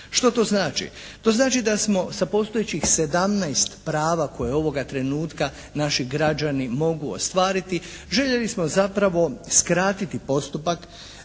Što to znači? To znači da smo sa postojećih 17 prava koje ovoga trenutka naši građani mogu ostvariti željeli smo zapravo skratiti postupak.